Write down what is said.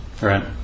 right